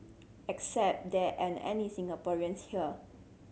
except there aren't any Singaporeans here